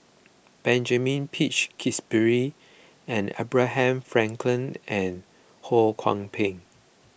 Benjamin Peach Keasberry Abraham Frankel and Ho Kwon Ping